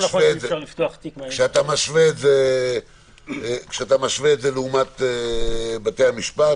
כשאתה משווה את זה לעומת בתי-המשפט,